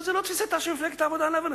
אבל זאת לא תפיסתה של מפלגת העבודה, להבנתי,